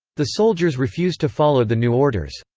the soldiers refused to follow the new orders.